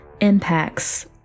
impacts